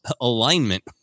alignment